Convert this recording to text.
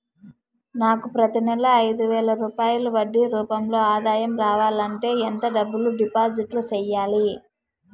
నాకు ప్రతి నెల ఐదు వేల రూపాయలు వడ్డీ రూపం లో ఆదాయం రావాలంటే ఎంత డబ్బులు డిపాజిట్లు సెయ్యాలి?